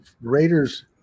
Raiders